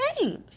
games